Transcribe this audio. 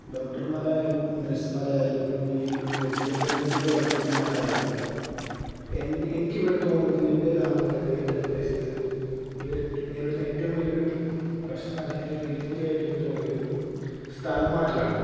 ഡോക്ടർമാരായാലും നേഴ്സുമാരായാലും ഈ മെഡിക്കൽ രംഗത്ത് പ്രവർത്തിക്കുന്ന ആരായാലും എൻ എനിക്കിവിടെ തോന്നിയത് എൻ്റെ ഗ്രാമങ്ങളില് എൻ്റെ പ്രദേശത്ത് ഇവര് നേരിടുന്ന ഏറ്റവും വലിയ ഒരു പ്രശ്നം അല്ലങ്കിലൊരു വെല്ലുവിളിയായിട്ടെനിക്ക് തോന്നിയത് സ്ഥലം മാറ്റലാണ്